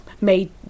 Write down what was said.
made